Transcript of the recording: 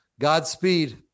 godspeed